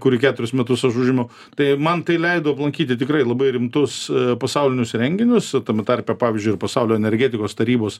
kurį keturis metus aš užimu tai man tai leido aplankyti tikrai labai rimtus pasaulinius renginius tame tarpe pavyzdžiui ir pasaulio energetikos tarybos